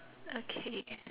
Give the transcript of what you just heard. okay